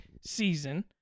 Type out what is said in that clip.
season